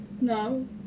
No